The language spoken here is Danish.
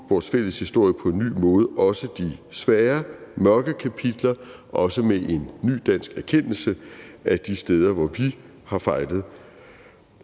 vores fælles historie på en ny måde, også de svære mørke kapitler og også med en ny dansk erkendelse af de steder, hvor vi har fejlet.